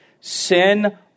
Sin